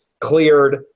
Cleared